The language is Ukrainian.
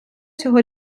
цього